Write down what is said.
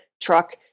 truck